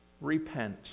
Repent